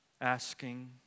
asking